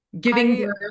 Giving